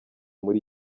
muri